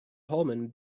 pullman